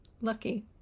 lucky